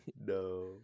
No